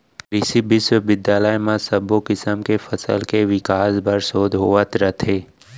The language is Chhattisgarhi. कृसि बिस्वबिद्यालय म सब्बो किसम के फसल के बिकास बर सोध होवत रथे